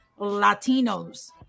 latinos